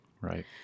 Right